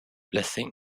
blessing